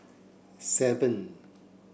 seven